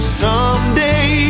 someday